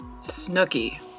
Snooky